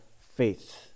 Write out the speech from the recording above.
faith